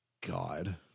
God